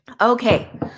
Okay